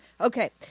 Okay